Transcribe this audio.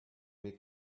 mes